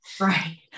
right